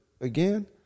again